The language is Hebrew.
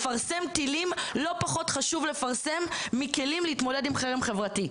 לפרסם טילים לא פחות חשוב לפרסם מכלים להתמודד עם חרם חברתי.